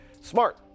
smart